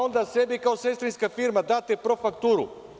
Onda sebe, kao sestrinska firma date profakturu.